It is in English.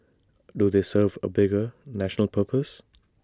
do they serve A bigger national purpose